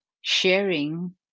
sharing